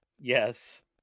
Yes